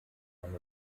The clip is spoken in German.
eine